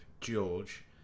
George